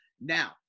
Now